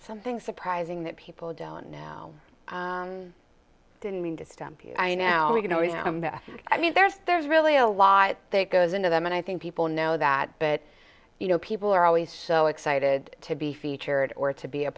something surprising that people don't know didn't mean to stump you i now you know i mean there's there's really a lot that goes into them and i think people know that but you know people are always so excited to be featured or to be a